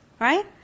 Right